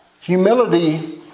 Humility